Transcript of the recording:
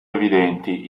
evidenti